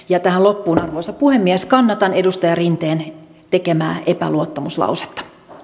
ja tähän loppuun arvoisa puhemies kannatan edustaja rinteen tekemää epäluottamuslausetta